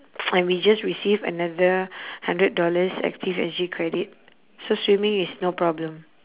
and we just receive another hundred dollars active S_G credit so swimming is no problem